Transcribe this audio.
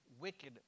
wicked